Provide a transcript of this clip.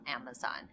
Amazon